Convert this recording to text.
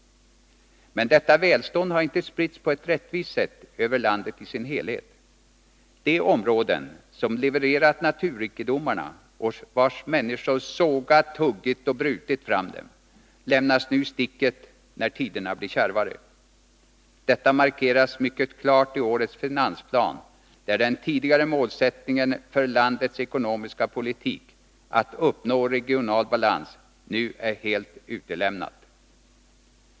Men detta välstånd har inte spritts på ett rättvist sätt över landet i dess helhet. De områden som levererat naturrikedomarna och vilkas människor sågat, huggit och brutit fram dem lämnas nu i sticket när tiderna blir kärvare. Detta markeras mycket klart i årets finansplan där den tidigare målsättningen för landets ekonomiska politik, att uppnå regional balans, nu är helt utelämnad.